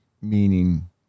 meaning